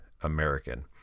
American